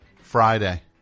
Friday